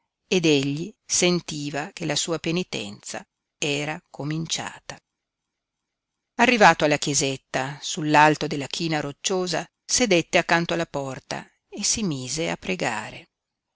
ed egli sentiva che la sua penitenza era cominciata arrivato alla chiesetta sull'alto della china rocciosa sedette accanto alla porta e si mise a pregare